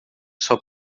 sua